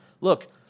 Look